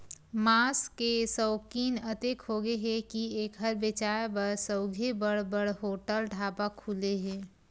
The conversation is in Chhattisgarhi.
मांस के सउकिन अतेक होगे हे के एखर बेचाए बर सउघे बड़ बड़ होटल, ढाबा खुले हे